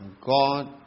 God